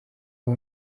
aho